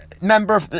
member